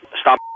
Stop